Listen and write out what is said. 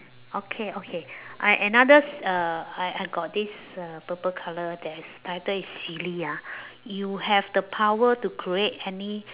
okay okay I another s~ uh I I got this uh purple colour that is title is silly ah you have the power to create any